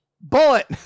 bullet